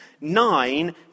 nine